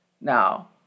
Now